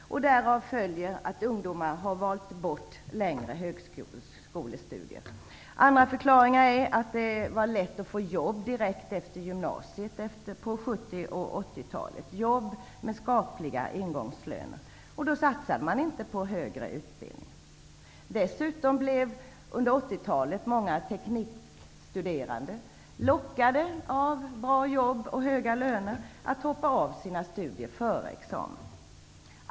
Därav följer att ungdomar har valt bort längre högskolestudier. Andra förklaringar är att det på 70 och 80-talen var lätt att få jobb med skapliga ingångslöner direkt efter gymnasiet. Då satsade man inte på högre utbildning. Dessutom blev många teknikstuderande lockade under 80 talet av bra jobb och höga löner att hoppa av sina studier före examen.